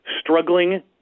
struggling